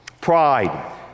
Pride